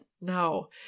No